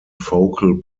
focal